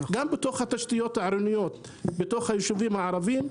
גם התשתיות העירוניות בתוך היישובים הערביים,